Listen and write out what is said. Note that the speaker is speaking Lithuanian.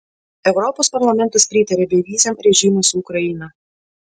europos parlamentas pritarė beviziam režimui su ukraina